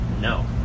No